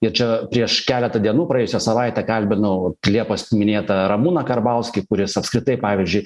ir čia prieš keletą dienų praėjusią savaitę kalbinau liepos minėtą ramūną karbauskį kuris apskritai pavyzdžiui